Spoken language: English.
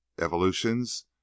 evolutions